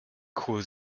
cool